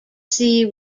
sea